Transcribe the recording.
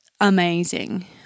amazing